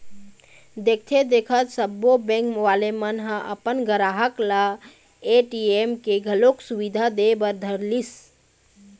देखथे देखत सब्बो बेंक वाले मन ह अपन गराहक ल ए.टी.एम के घलोक सुबिधा दे बर धरलिस